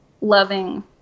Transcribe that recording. loving